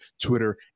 Twitter